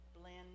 blend